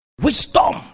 Wisdom